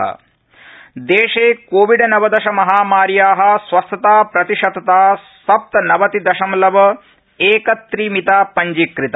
Covid अद्यतनम् देशे covid नवदश महामार्या स्वस्थता प्रतिशतता सप्तनवति दशमलव एक त्रि मिता पञ्जीकृता